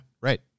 Right